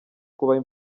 kubaha